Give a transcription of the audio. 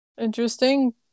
interesting